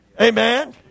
amen